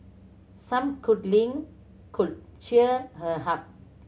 some cuddling could cheer her up